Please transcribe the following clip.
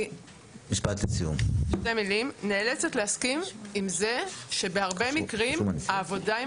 אני נאלצת להסכים שבהרבה מקרים העבודה עם